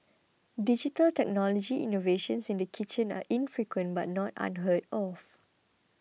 digital technology innovations in the kitchen are infrequent but not unheard of